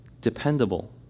dependable